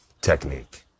technique